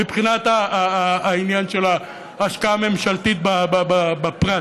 מבחינת העניין של ההשקעה הממשלתית בפרט,